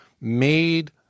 made